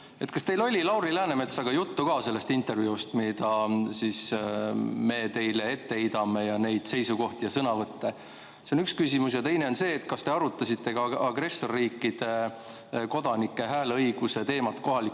kas teil oli Lauri Läänemetsaga juttu ka sellest intervjuust, mida me teile ette heidame, nendest seisukohtadest ja sõnavõttudest? See on üks küsimus. Ja teine on see: kas te arutasite ka agressorriikide kodanike hääleõiguse teemat kohalikel